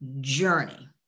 journey